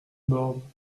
borne